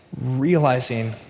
realizing